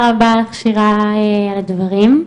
על הדברים.